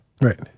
Right